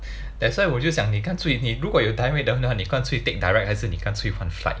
that's why 我就想你干脆你如果有 direct 的话你干脆 take direct 还是你干脆换 flight